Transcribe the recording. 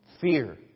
Fear